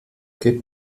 gib